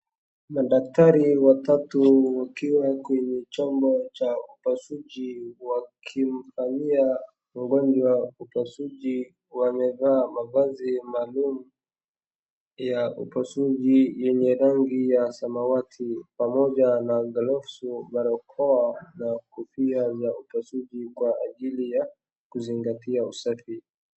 Madaktari watatu wakiwa kwenye chumba cha upasuaji wakimfanyia wagonjwa upasuaji wamevaa mavazi maalum ya upasuaji yenye rangi ya samawati pamoja na gloves , barakoa, na kofia za upasuaji, kwa ajili ya kuzingatia usafi.